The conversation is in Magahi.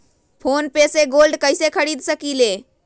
फ़ोन पे से गोल्ड कईसे खरीद सकीले?